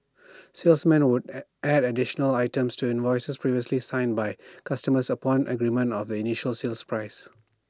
salesmen would add additional items to invoices previously signed by customers upon agreement on the initial sale prices